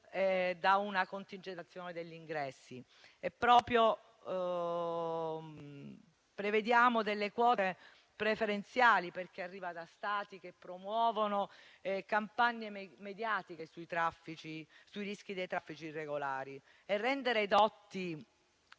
da un contingentamento degli ingressi: prevediamo quote preferenziali per chi proviene da Stati che promuovono campagne mediatiche sui rischi dei traffici irregolari; e rendere edotti